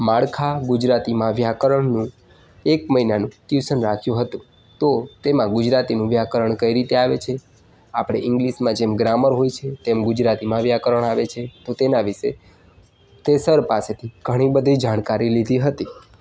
માળખા ગુજરાતીમાં વ્યાકરણનું એક મહિનાનું ટ્યુસન રાખ્યું હતું તો તેમાં ગુજરાતીનું વ્યાકરણ કઈ રીતે આવે છે આપણે ઇંગ્લીશમાં જેમ ગ્રામર હોય છે તેમ ગુજરાતીમાં વ્યાકરણ આવે છે તો તેના વિષે તે સર પાસેથી ઘણી બધી જાણકારી લીધી હતી